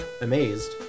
Amazed